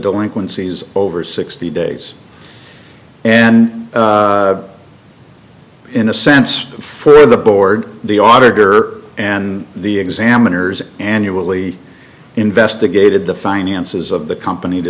delinquencies over sixty days and in a sense for the board the auditor and the examiners annually investigated the finances of the company to